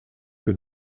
que